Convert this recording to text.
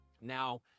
Now